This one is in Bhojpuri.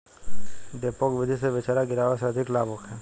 डेपोक विधि से बिचरा गिरावे से अधिक लाभ होखे?